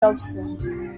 dobson